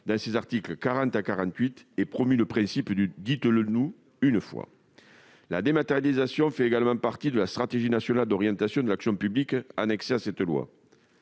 les articles 40 à 48 -où s'exprime le principe du « dites-le-nous une fois ». La dématérialisation figure aussi dans la stratégie nationale d'orientation de l'action publique annexée à cette loi.